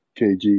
KG